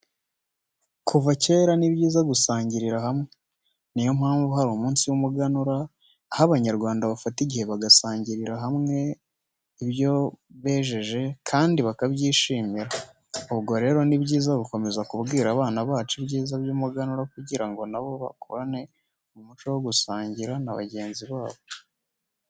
Kuva kera, ni byiza gusangiriria hamwe. Niyo mpamvu hari umunsi w'umuganura, aho Abanyarwanda bafata igihe bagasangirira hamwe ibyo bejeje kandi bakabyishimira. Ubwo rero ni byiza gukomeza kubwira abana bacu ibyiza by'umuganura kugira ngo na bo bakurane umuco wo gusangira na bangenzi babo.